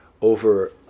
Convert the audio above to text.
over